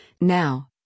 Now